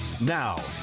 Now